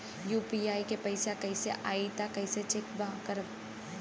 UPI से पैसा आई त कइसे चेक करब?